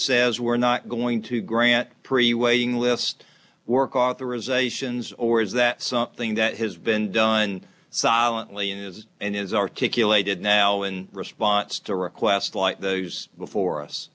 says we're not going to grant pre waiting list work authorizations or is that something that has been done silently and is and is articulated now in response to requests like those before